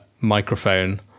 microphone